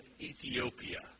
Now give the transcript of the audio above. Ethiopia